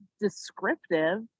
descriptive